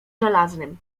żelaznym